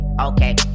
Okay